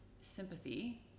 sympathy